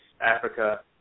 Africa